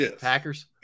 Packers